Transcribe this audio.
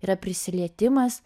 yra prisilietimas